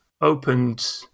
opened